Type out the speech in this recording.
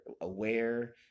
aware